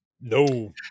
No